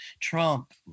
Trump